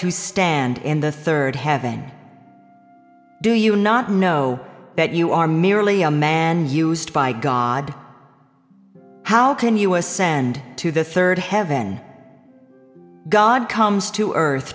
to stand in the third heaven do you not know that you are merely a man used by god how can you ascend to the third heaven god comes to earth